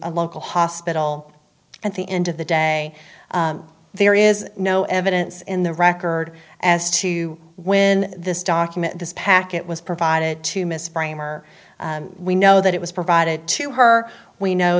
a local hospital at the end of the day there is no evidence in the record as to when this document this packet was provided to miss framer we know that it was provided to her we know